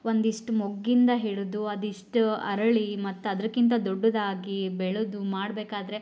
ಒಂದಿಷ್ಟು ಮೊಗ್ಗಿಂದ ಹಿಡಿದು ಅದಿಷ್ಟು ಅರಳಿ ಮತ್ತು ಅದಕ್ಕಿಂತ ದೊಡ್ಡದಾಗಿ ಬೆಳೆದು ಮಾಡಬೇಕಾದ್ರೆ